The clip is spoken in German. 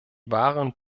waren